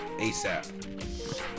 ASAP